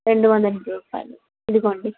రెండు వందల రూపాయిలు ఇదిగోండి